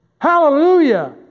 Hallelujah